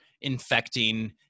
infecting